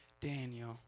Daniel